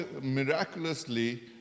miraculously